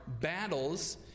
battles